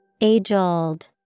Age-old